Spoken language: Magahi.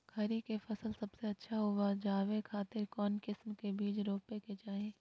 खीरा के फसल सबसे अच्छा उबजावे खातिर कौन किस्म के बीज रोपे के चाही?